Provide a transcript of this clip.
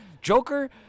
Joker